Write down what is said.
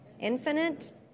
infinite